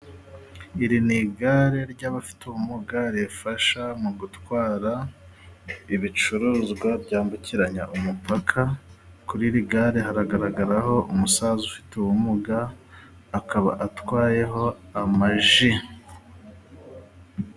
Iri ni igare ry'abafite ubumuga. Rifasha mu gutwara ibicuruzwa byambukiranya umupaka. Kuri iri gare haragaragaraho umusaza ufite ubumuga akaba atwayeho amaji